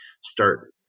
start